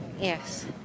Yes